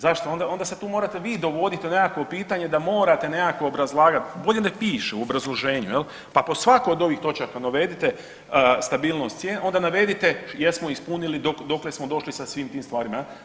Zašto onda, onda se tu morate vi dovodit u nekakvo pitanje da morate nekako obrazlagat, ovdje ne piše u obrazloženju jel, pa pod svaku od ovih točaka navedite stabilnost cijena, onda navedite jesmo ispunili, dokle smo došli sa svim tim stvarima jel.